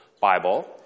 Bible